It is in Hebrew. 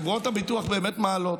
חברות הביטוח באמת מעלות,